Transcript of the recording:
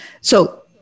So-